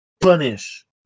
punish